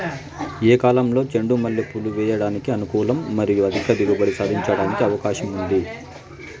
ఏ కాలంలో చెండు మల్లె పూలు వేయడానికి అనుకూలం మరియు అధిక దిగుబడి సాధించడానికి అవకాశం ఉంది?